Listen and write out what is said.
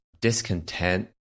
discontent